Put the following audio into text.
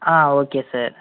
ah okay sir